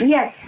Yes